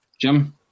Jim